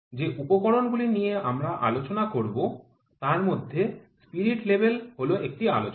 যে উপকরণ গুলি নিয়ে আমরা আলোচনা করব তারমধ্যে স্পিরিট লেভেল হল একটি আলোচনা